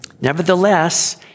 Nevertheless